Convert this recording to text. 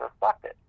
reflected